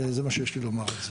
זה מה שיש לי לומר על זה.